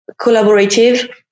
collaborative